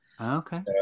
Okay